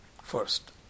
first